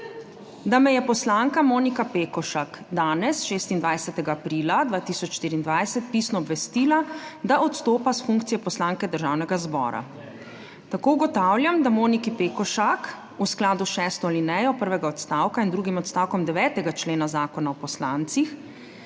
da me je poslanka Monika Pekošak danes, 26. aprila 2024, pisno obvestila, da odstopa s funkcije poslanke Državnega zbora. Tako ugotavljam, da Moniki Pekošak v skladu s šesto alinejo prvega odstavka in drugim odstavkom 9. člena Zakona o poslancih